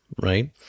right